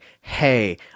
hey